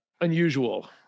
unusual